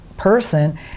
Person